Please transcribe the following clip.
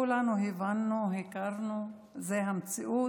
כולנו הבנו, הכרנו, זאת המציאות.